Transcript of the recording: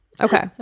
Okay